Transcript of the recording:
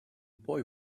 boy